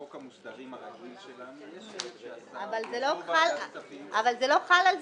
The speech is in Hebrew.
לחוק המוסדרים הרגיל שלנו יש חלק שהשר --- אבל זה לא חל על זה,